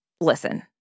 listen